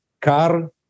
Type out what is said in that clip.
car